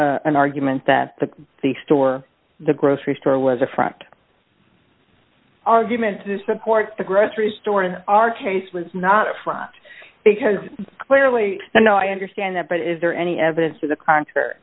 an argument that the store the grocery store was a front argument to support the grocery store in our case was not up front because clearly no i understand that but is there any evidence to the contrary